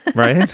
right.